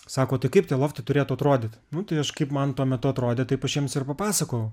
sako tai kaip tai loftai turėtų atrodyti nu tai aš kaip man tuo metu atrodė taip aš jiems ir papasakojau